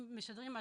אם משדרים משהו,